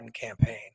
campaign